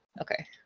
Okay